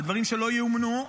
זה דברים שלא ייאמנו,